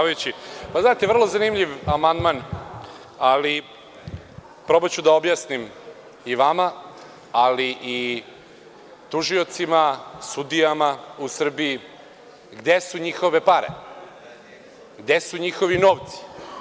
Vrlo zanimljiv amandman, ali probaću da objasnim i vama i tužiocima, sudijama u Srbiji, gde su njihove pare, gde su njihovi novci.